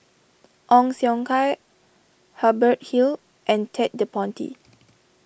Ong Siong Kai Hubert Hill and Ted De Ponti